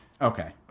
Okay